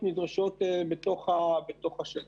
חלק